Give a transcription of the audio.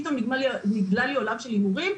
פתאום נגלה לי עולם של הימורים.